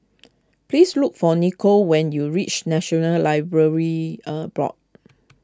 please look for Nico when you reach National Library a Board